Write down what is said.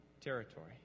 territory